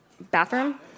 bathroom